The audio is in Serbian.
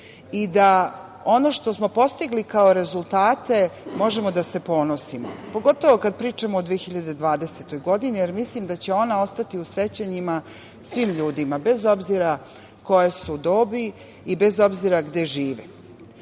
i da ono što smo postigli kao rezultate možemo da se ponosimo. Pogotovo kada pričamo o 2020. godini, jer mislim da će ona ostati u sećanjima svim ljudima, bez obzira koje su dobi i bez obzira gde žive. Kada